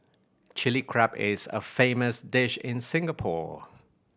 Chilli Crab is a famous dish in Singapore